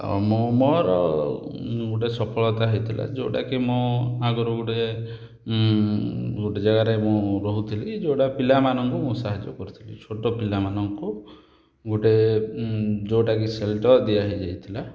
ଆଉ ମୁଁ ମୋର ଗୋଟିଏ ସଫଳତା ହେଇଥିଲା ଯେଉଁଟାକି ମୁଁ ଆଗୁରୁ ଗୋଟେ ଗୋଟେ ଜାଗାରେ ମୁଁ ରହୁଥିଲି ଯେଉଁଟା ପିଲାମାନଙ୍କୁ ମୁଁ ସାହାଯ୍ୟ କରୁଥିଲି ଛୋଟ ପିଲାମାନଙ୍କୁ ଗୋଟେ ଯେଉଁଟାକି ସେଇଟା ଦିଆ ହେଇଯାଇଥିଲା